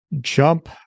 jump